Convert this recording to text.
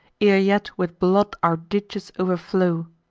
ere yet with blood our ditches overflow